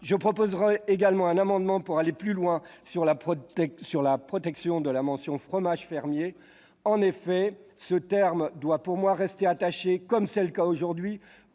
Je proposerai également un amendement visant à aller plus loin s'agissant de la protection de la mention « fromage fermier. » En effet, cette mention doit pour moi rester attachée, comme c'est le cas aujourd'hui,